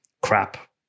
crap